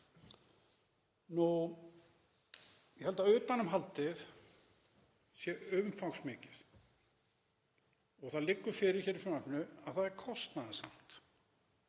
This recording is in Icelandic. Ég held að utanumhaldið sé umfangsmikið og það liggur fyrir í frumvarpinu að það er kostnaðarsamt.